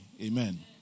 Amen